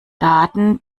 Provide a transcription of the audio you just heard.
daten